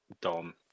Dom